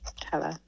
Hello